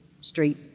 street